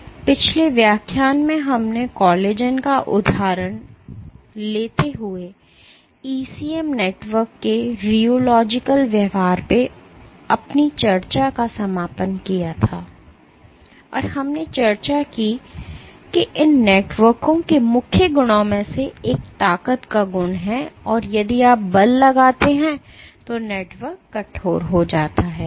इसलिए पिछले व्याख्यान में हमने कोलेजन का उदाहरण लेते हुए ECM नेटवर्क के रियोलॉजिकल व्यवहार पर अपनी चर्चा का समापन किया था और हमने चर्चा की कि इन नेटवर्कों के मुख्य गुणों में से एक ताकत का गुण है या यदि आप बल लगाते हैं तो नेटवर्क कठोर हो जाता है